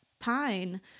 pine